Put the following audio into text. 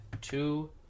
two